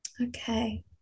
Okay